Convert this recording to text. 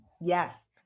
yes